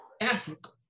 Africa